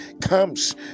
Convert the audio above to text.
comes